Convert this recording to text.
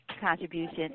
contribution